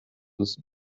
duzu